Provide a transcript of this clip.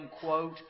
quote